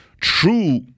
true